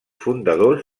fundadors